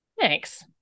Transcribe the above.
Thanks